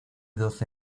doce